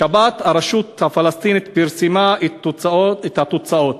בשבת הרשות הפלסטינית פרסמה את התוצאות.